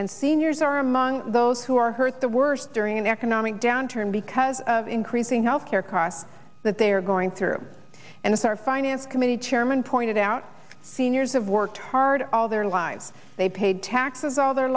and seniors are among those who are hurt the worst during an economic downturn because of increasing health care costs that they are going through and it's our finance committee chairman pointed out seniors have worked hard all their lives they've paid taxes all their